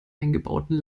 eingebauten